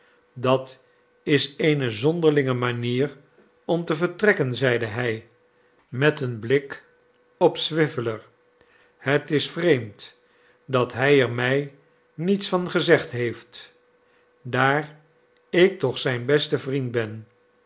dat is eene zonderlinge manier om te vertrekken zeide hij met een blik op swiveller het is vreemd dat hij er mij niets van gezegd heeft daar ik toch zijn beste vriend ben